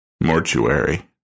mortuary